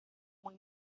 muy